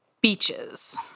Beaches